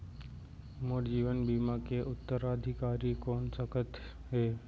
मोर जीवन बीमा के उत्तराधिकारी कोन सकत हे?